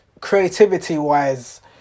creativity-wise